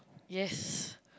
yes